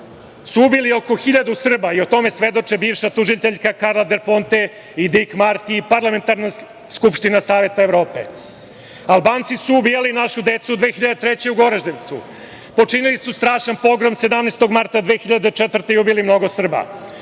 su ubili oko 1000 Srba i o tome svedoči bivša tužiteljka Karla Del Ponte i Dik Marti i Parlamentarna skupština Saveta Evrope. Albanci su ubijali našu decu 2003. godine u Goraždevcu, počinili su strašan pogrom 17. marta 2004. godine i ubili mnogo Srba.